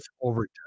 overtime